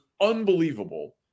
unbelievable